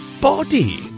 body